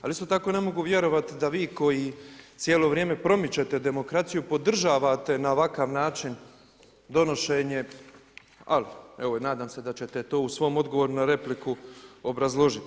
Ali isto tako ne mogu vjerovati da vi koji cijelo vrijeme promičete demokraciju podržavate na ovakav način donošenje ali evo i nadam se da ćete to u svom odgovoru na repliku obrazložiti.